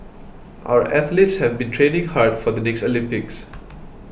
our athletes have been training hard for the next Olympics